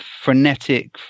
frenetic